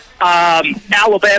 Alabama